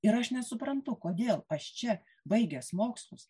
ir aš nesuprantu kodėl aš čia baigęs mokslus